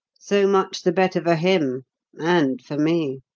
so much the better for him and for me.